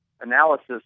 analysis